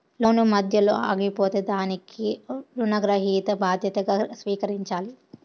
లోను మధ్యలో ఆగిపోతే దానికి రుణగ్రహీత బాధ్యతగా స్వీకరించాలి